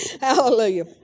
Hallelujah